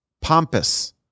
pompous